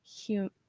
human